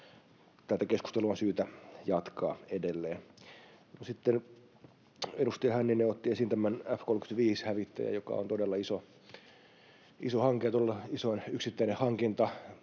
Tätä keskustelua on syytä jatkaa edelleen. Sitten edustaja Hänninen otti esiin nämä F-35-hävittäjät, joka on todella iso hanke,